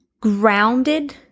grounded